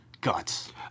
guts